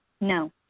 No